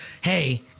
hey